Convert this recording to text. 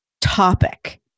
topic